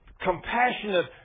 compassionate